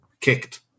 kicked